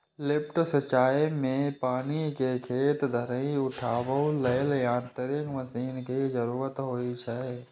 lift सिंचाइ मे पानि कें खेत धरि उठाबै लेल यांत्रिक मशीन के जरूरत होइ छै